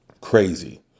Crazy